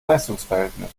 leistungsverhältnis